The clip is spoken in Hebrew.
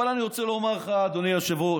אבל אני רוצה לומר לך, אדוני היושב-ראש,